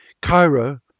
Cairo